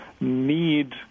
need